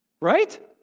Right